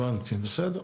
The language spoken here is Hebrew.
הבנתי, בסדר.